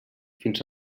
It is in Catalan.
fins